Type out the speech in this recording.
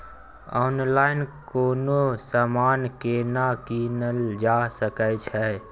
Online कोनो समान केना कीनल जा सकै छै?